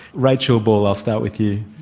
rachel ball, i'll start with you.